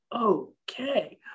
okay